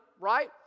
right